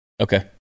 okay